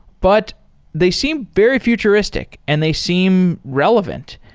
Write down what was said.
but they seem very futuristic and they seem relevant.